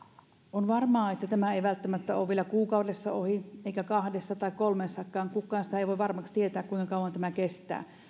on varmaa että tämä ei välttämättä ole vielä kuukaudessa ohi eikä kahdessa tai kolmessakaan kukaan sitä ei voi varmaksi tietää kuinka kauan tämä kestää